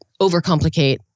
overcomplicate